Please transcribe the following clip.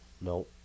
No